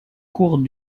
cours